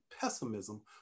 pessimism